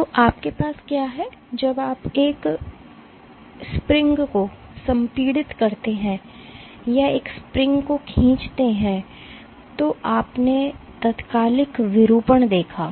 तो आपके पास क्या है जब आप एक वसंत को संपीड़ित करते हैं या एक स्प्रिंग को खींचते हैं तो आपने तात्कालिक विरूपण देखा